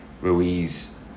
Ruiz